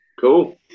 Cool